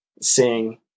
seeing